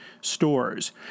stores